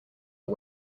are